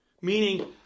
Meaning